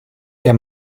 der